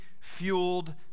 fueled